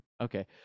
Okay